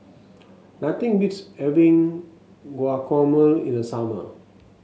nothing beats having Guacamole in the summer